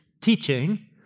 teaching